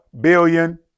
billion